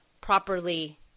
properly